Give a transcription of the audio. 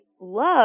love